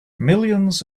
millions